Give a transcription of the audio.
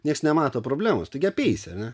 nieks nemato problemos taigi apiesi ane